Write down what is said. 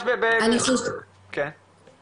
אנחנו